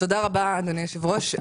תודה רבה אדוני היושב-ראש.